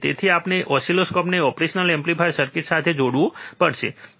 તેથી આપણે ઓસિલોસ્કોપને ઓપરેશનલ એમ્પ્લીફાયર સર્કિટ સાથે જોડવું પડશે